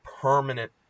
permanent